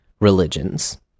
Religions